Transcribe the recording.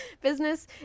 business